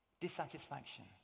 Dissatisfaction